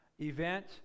event